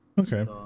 Okay